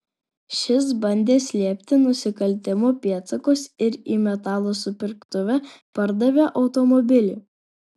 šis bandė slėpti nusikaltimo pėdsakus ir į metalo supirktuvę pardavė automobilį